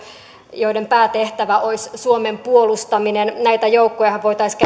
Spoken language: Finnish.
joiden päätehtävä olisi suomen puolustaminen näitä joukkojahan voitaisiin